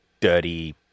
dirty